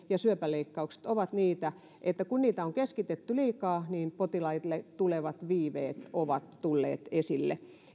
ja syöpäleikkaukset ovat sellaisia että kun niitä on keskitetty liikaa niin potilaille tulevat viiveet ovat tulleet esille